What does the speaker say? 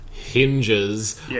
hinges